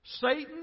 Satan